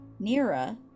Nira